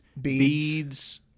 Beads